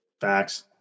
Facts